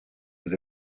vous